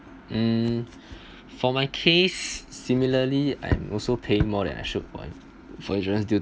hmm for my case similarly I'm also paying more than I should for insurance due